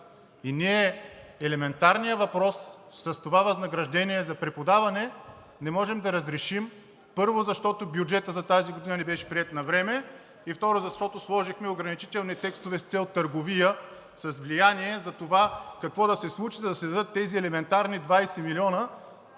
И не е елементарен въпрос това възнаграждение за преподаване. Не можем да го разрешим, първо, защото бюджетът за тази година не беше приет навреме, и второ, защото сложихме ограничителни текстове с цел търговия с влияние за това какво да се случи, за да се дадат тези елементарни 20 милиона